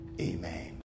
Amen